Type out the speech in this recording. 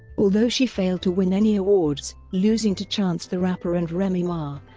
although she failed to win any awards, losing to chance the rapper and remy ma,